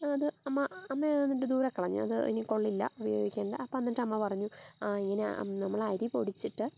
അത് അമ്മ അമ്മയതെന്നിട്ട് ദൂരെ കളഞ്ഞു അത് ഇനി കൊള്ളില്ല അത് ഉപയോഗിക്കേണ്ട അപ്പം എന്നിട്ടമ്മ പറഞ്ഞു ആ ഇങ്ങനെ നമ്മൾ അരി പൊടിച്ചിട്ട്